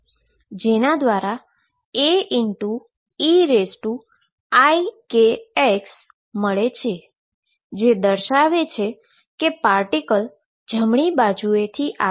જેના દ્વારા Aeikx મળે છે જે દર્શાવે છે કે પાર્ટીકલ જમણી બાજુથી આવે છે